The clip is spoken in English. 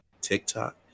TikTok